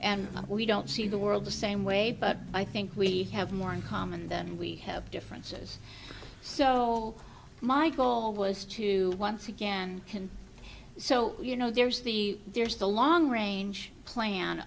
and we don't see the world the same way but i think we have more in common than we have differences so my goal was to once again can so you know there's the there's the long range